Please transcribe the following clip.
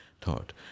thought